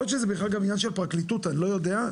יכול להיות שזה עניין של פרקליטות אני לא יודע,